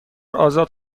آزاد